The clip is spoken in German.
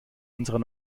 unserer